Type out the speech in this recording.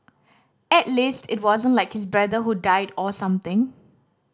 at least it wasn't like his brother who died or something